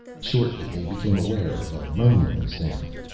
shortly they became aware of a murmuring sound.